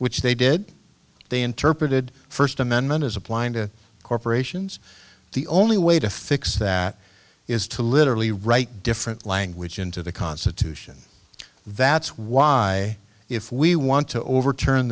which they did they interpreted first amendment as applying to corporations the only way to fix that is to literally write different language into the constitution that's why if we want to overturn